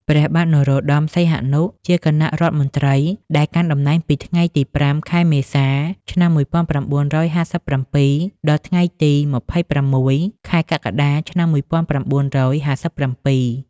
ព្រះបាទនរោត្តម សីហនុ ជាគណៈរដ្ឋមន្ត្រីដែលកាន់តំណែងពីថ្ងៃទី៥ ខែមេសា ឆ្នាំ១៩៥៧ ដល់ថ្ងៃទី ២៦ ខែកក្កដា ឆ្នាំ១៩៥៧។